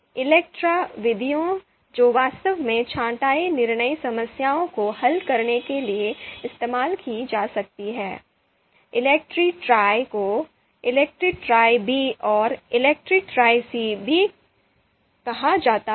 ELECTRE विधियाँ जो वास्तव में छँटाई निर्णय समस्याओं को हल करने के लिए इस्तेमाल की जा सकती हैं ELECTRE Tri को ELECTRE Tri B और ELECTRE Tri C भी कहा जाता है